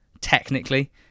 technically